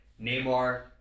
Neymar